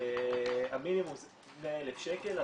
המינימום זה 100,000 שקל,